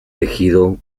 tejido